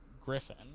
griffin